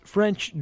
French